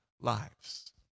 lives